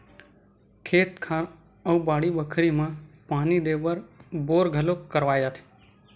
खेत खार अउ बाड़ी बखरी म पानी देय बर बोर घलोक करवाए जाथे